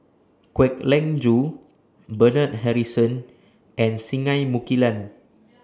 Kwek Leng Joo Bernard Harrison and Singai Mukilan